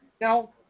Now